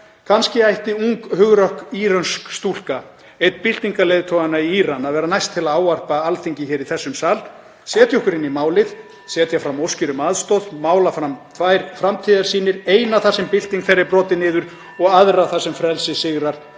Kannski ætti ung, hugrökk írönsk stúlka, ein byltingarleiðtoganna í Íran, að vera næst til að ávarpa Alþingi hér í þessum sal, setja okkur inn í málið, setja fram óskir um aðstoð, mála tvær framtíðarsýnir, eina þar sem byltingin (Forseti hringir.) þeirra er brotin niður og aðra þar sem frelsið sigrar,